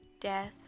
death